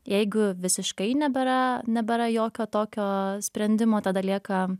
jeigu visiškai nebėra nebėra jokio tokio sprendimo tada lieka